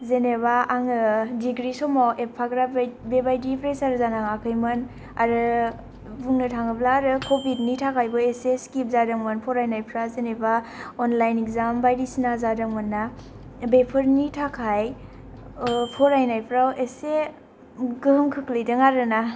जेनेबा आङो डिग्री समाव एफाग्राफ बेबादि प्रेसार जानाङाखैमोन आरो बुंनो थाङोब्ला आरो कबिडनि थाखायबो एसे स्किप जादोंमोन फरायनायफ्रा जेनबा अनलाइन इजाम बायदिसिना जादोंमोनना बेफोरनि थाखाय फरायनायफ्राव एसे गोहोम खोख्लैदों आरो ना